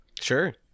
Sure